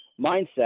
mindset